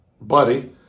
Buddy